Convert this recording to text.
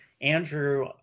andrew